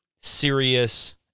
serious